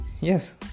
yes